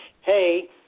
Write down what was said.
hey